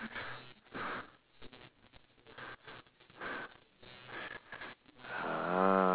ah